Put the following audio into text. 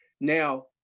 Now